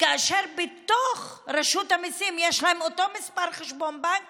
כאשר בתוך רשות המיסים יש להם אותו מספר חשבון בנק